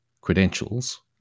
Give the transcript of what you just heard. credentials